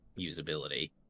usability